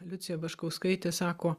liucija baškauskaitė sako